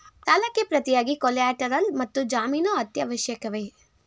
ಸಾಲಕ್ಕೆ ಪ್ರತಿಯಾಗಿ ಕೊಲ್ಯಾಟರಲ್ ಮತ್ತು ಜಾಮೀನು ಅತ್ಯವಶ್ಯಕವೇ?